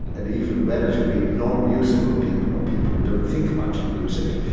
and even relatively non-musical people or people who don't think much of music,